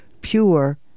pure